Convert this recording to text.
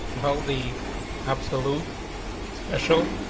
well, the absolute special.